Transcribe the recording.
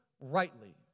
rightly